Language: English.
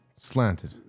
Slanted